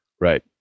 Right